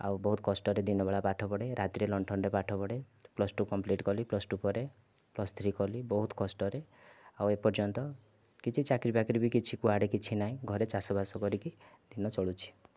ଆଉ ବହୁତ କଷ୍ଟରେ ଦିନ ବେଳା ପାଠ ପଢ଼େ ରାତିରେ ଲଣ୍ଠନରେ ପାଠ ପଢ଼େ ପ୍ଲସ ଟୁ କମ୍ପ୍ଲିଟ କଲି ପ୍ଲସ ଟୁ ପରେ ପ୍ଲସ ଥ୍ରୀ କଲି ବହୁତ କଷ୍ଟରେ ଆଉ ଏପର୍ଯ୍ୟନ୍ତ କିଛି ଚାକିରିବାକିରି ବି କିଛି କୁଆଡ଼େ କିଛି ନାହିଁ ଘରେ ଚାଷବାସ କରିକି ଦିନ ଚଳୁଛି